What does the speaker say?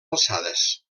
alçades